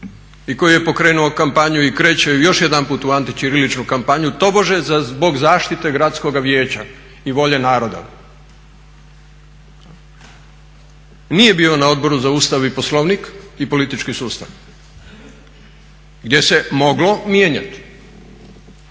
i koji je pokrenuo kampanju i kreće još jedanput u antićiriličnu kampanju tobože zbog zaštite Gradskoga vijeća i volje naroda nije bio na Odboru za Ustav, Poslovnik i politički sustav gdje se moglo mijenjati,